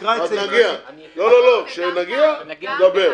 תקרא את סעיף 10. כשנגיע תדבר.